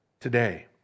today